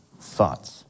thoughts